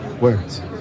words